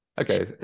Okay